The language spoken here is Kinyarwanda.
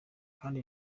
kandi